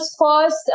first